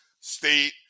state